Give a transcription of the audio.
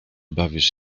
bawisz